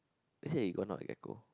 is it iguana or gecko